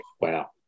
wow